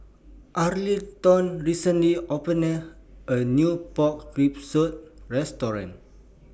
Arlington recently opened A New Pork Rib Soup Restaurant